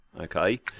okay